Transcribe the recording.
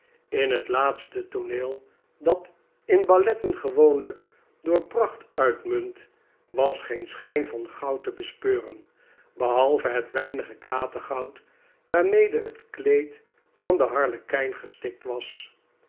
in het laatste tooneel dat in balletten gcwoonlijk door pracht uitraunt was geen schijn van goud te bespeuren behalve het weinige klatergoud waarmede het kleed van den harlekijn gestikt was